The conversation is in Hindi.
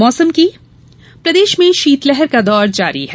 मौसम प्रदेश में शीतलहर का दौर जारी है